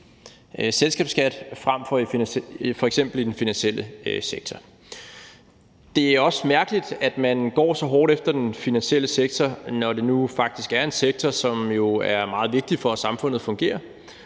selskabsskat, frem for f.eks. i den finansielle sektor. Det er også mærkeligt, at man går så hårdt efter den finansielle sektor, når det faktisk er en sektor, som jo er meget vigtig for, at samfundet fungerer,